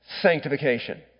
sanctification